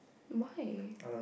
why